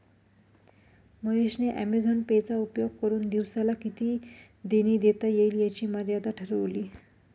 महेश ने Amazon pay चा उपयोग करुन दिवसाला किती देणी देता येईल याची मर्यादा ठरवली